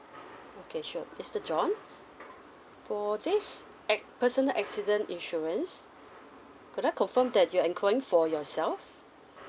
okay sure mister john for this act personal accident insurance could I confirm that you're enquiring for yourself